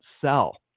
sell